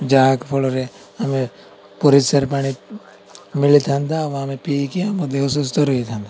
ଯାହା ଫଳରେ ଆମେ ପରିସ୍କାର ପାଣି ମିଳିଥାନ୍ତା ଆଉ ଆମେ ପିଇକି ଆମ ଦେହ ସୁସ୍ଥ ରହିଥାନ୍ତା